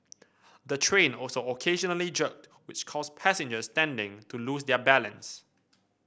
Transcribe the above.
the train also occasionally jerked which caused passengers standing to lose their balance